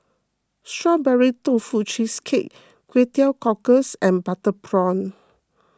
Strawberry Tofu Cheesecake Kway Teow Cockles and Butter Prawn